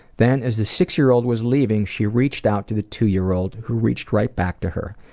then, as the six-year-old was leaving she reached out to the two-year-old who reached right back to her.